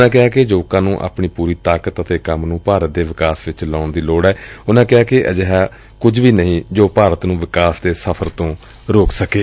ਉਨ੍ਹਾਂ ਕਿਹਾ ਕਿ ਯੁਵਕਾਂ ਨੂੰ ਆਪਣੀ ਪੂਰੀ ਤਾਕਤ ਤੇ ਕੰਮ ਭਾਰਤ ਦੇ ਵਿਕਾਸ ਚ ਲਾਉਣ ਦੀ ਲੋੜ ਏ ਉਨ੍ਹਾਂ ਕਿਹਾ ਕਿ ਅਜਿਹਾ ਕੁਝ ਵੀ ਨਹੀਂ ਜੋ ਭਾਰਤ ਨੂੰ ਵਿਕਾਸ ਸਫ਼ਰ ਤੋਂ ਰੋਕ ਸਕੇ